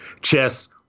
chess